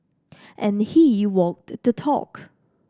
and he walked the talk